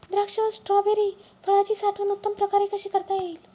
द्राक्ष व स्ट्रॉबेरी फळाची साठवण उत्तम प्रकारे कशी करता येईल?